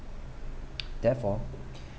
therefore